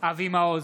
אבי מעוז,